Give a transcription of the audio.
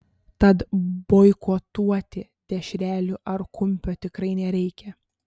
tad boikotuoti dešrelių ar kumpio tikrai nereikia